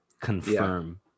confirm